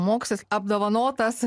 mokslais apdovanotas